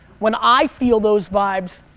when i feel those vibes,